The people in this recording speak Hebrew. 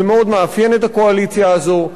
זה מאוד מאפיין את הקואליציה הזו.